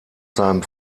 seinem